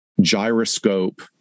gyroscope